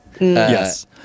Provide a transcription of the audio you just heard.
Yes